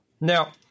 Now